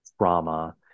trauma